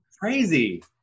crazy